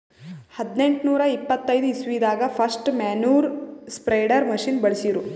ಹದ್ನೆಂಟನೂರಾ ಎಪ್ಪತೈದ್ ಇಸ್ವಿದಾಗ್ ಫಸ್ಟ್ ಮ್ಯಾನ್ಯೂರ್ ಸ್ಪ್ರೆಡರ್ ಮಷಿನ್ ಬಳ್ಸಿರು